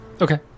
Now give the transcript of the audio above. Okay